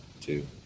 two